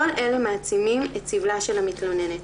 כל אלה מעצימים את סבלה של המתלוננת.